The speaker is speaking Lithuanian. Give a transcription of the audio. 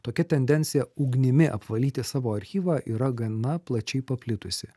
tokia tendencija ugnimi apvalyti savo archyvą yra gana plačiai paplitusi